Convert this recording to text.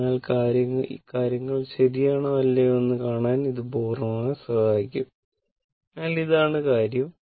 അതിനാൽ കാര്യങ്ങൾ ശരിയാണോ അല്ലയോ എന്ന് കാണാൻ ഇത് പൂർണ്ണമായും സഹായിക്കും അതിനാൽ ഇതാണ് കാര്യം